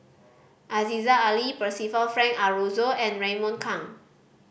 Aziza Ali Percival Frank Aroozoo and Raymond Kang